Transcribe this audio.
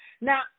Now